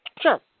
Sure